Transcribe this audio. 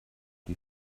die